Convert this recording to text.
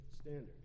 standard